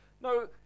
No